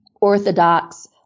Orthodox